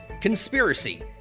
conspiracy